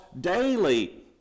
daily